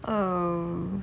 oh